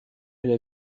elle